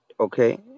okay